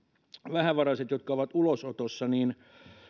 vähävaraisia jotka ovat ulosotossa